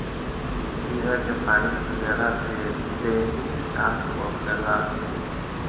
जीरा के पानी पियला से देहि साफ़ होखेला